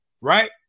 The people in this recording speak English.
right